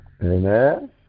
Amen